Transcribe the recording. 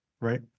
right